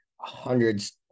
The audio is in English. hundreds